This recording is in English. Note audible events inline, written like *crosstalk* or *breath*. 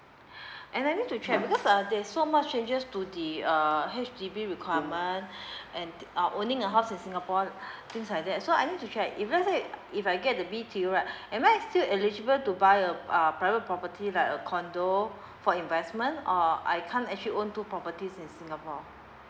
*breath* and I need to check because uh there's so much changes to the uh H_D_B requirement *breath* and uh owning a house in singapore things like that so I need to check if let say if I get the B_T_O right *breath* am I still eligible to buy a uh private property like a condo for investment or I can't actually own two properties in singapore